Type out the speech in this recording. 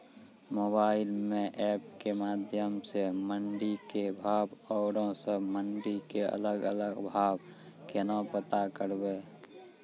Mobile म app के माध्यम सऽ मंडी के भाव औरो सब मंडी के अलग अलग भाव केना पता करबै?